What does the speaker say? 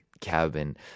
cabin